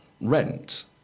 rent